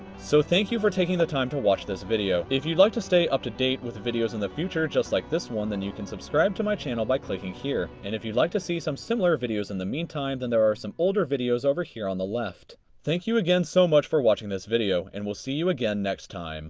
so thank you for taking the time to watch this video. if you'd like to stay up to date with videos in the future just like this one, then you can subscribe to my channel by clicking here. and if you'd like to see some similar videos in the meantime, then there are some older videos over here on the left. thank you again so much for watching this video and we'll see you again next time.